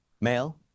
male